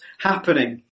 happening